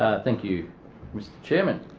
thank you mr chairman.